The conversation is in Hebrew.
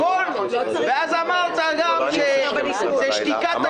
האמת היא שהסיחו את דעתי.